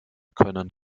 können